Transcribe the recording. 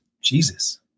jesus